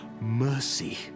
mercy